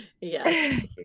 Yes